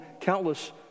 countless